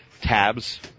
tabs